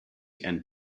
and